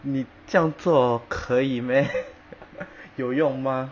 你这样做可以 meh 有用吗